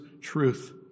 truth